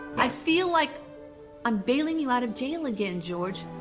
i feel like i'm bailing you out of jail again, george.